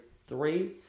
three